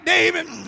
David